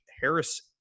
Harris